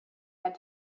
had